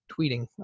tweeting